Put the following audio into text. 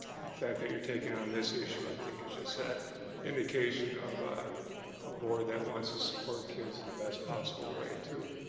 and the fact that you're taking on this issue, i think, is just that indication of a board that wants to support kids in the best possible way, too.